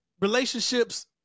Relationships